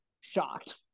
shocked